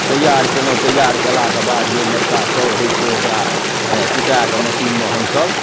तैयार केलहुॅं तैयार केलाके बाद जे मोटका चाउर होइ छै ओकरा कुटाए कऽ मशीनमे हमसब